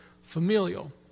familial